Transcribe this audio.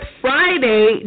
Friday